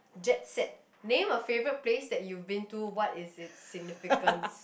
jet set name a favourite place that you've been to what is its significance